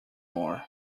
more